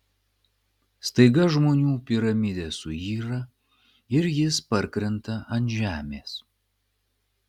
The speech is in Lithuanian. staiga žmonių piramidė suyra ir jis parkrenta ant žemės